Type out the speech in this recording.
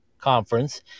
conference